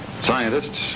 Scientists